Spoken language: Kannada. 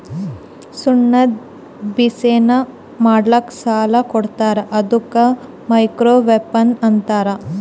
ಸಣ್ಣುದ್ ಬಿಸಿನ್ನೆಸ್ ಮಾಡ್ಲಕ್ ಸಾಲಾ ಕೊಡ್ತಾರ ಅದ್ದುಕ ಮೈಕ್ರೋ ಫೈನಾನ್ಸ್ ಅಂತಾರ